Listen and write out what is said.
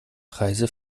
preise